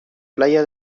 playa